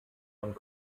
und